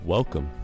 Welcome